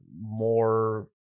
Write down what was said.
more